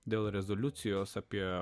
dėl rezoliucijos apie